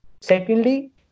Secondly